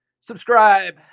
subscribe